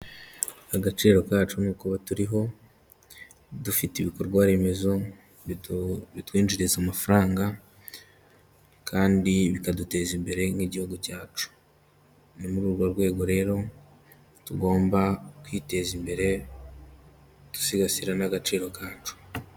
Agaciro kacu ni ukuba turiho dufite ibikorwa remezo bitwinjiriza amafaranga kandi bikaduteza imbere nk'igihugu cyacu. Ni muri urwo rwego rero tugomba kwiteza imbere dusigasira n'agaciro kacu.